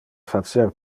facer